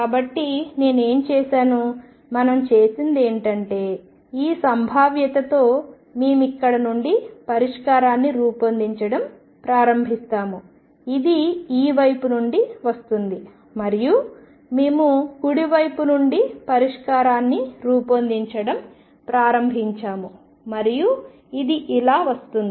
కాబట్టి నేను ఏమి చేసాను మనం చేసినది ఏమిటంటే ఈ సంభావ్యత తో మేము ఇక్కడ నుండి పరిష్కారాన్ని రూపొందించడం ప్రారంభిస్తాము ఇది ఈ వైపు నుండి వస్తుంది మరియు మేము కుడి వైపు నుండి పరిష్కారాన్ని రూపొందించడం ప్రారంభించాము మరియు ఇది ఇలా వస్తుంది